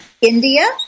India